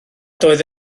doedd